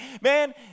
man